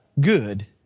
good